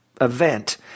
event